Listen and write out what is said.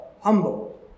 humble